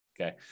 Okay